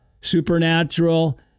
supernatural